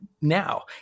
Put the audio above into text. now